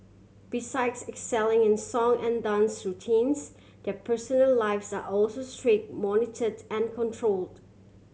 besides excelling in song and dance routines their personal lives are also strict monitored and controlled